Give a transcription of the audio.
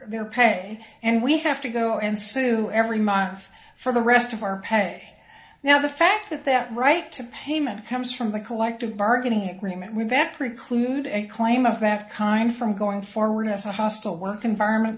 their pay and we have to go and sue every month for the rest of our pay now the fact that their right to payment comes from the collective bargaining agreement with that preclude any claim of that kind from going forward as a hostile work environment